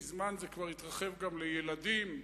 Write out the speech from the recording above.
זה מזמן כבר התרחב גם לילדים,